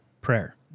prayer